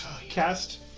cast